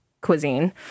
cuisine